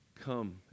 come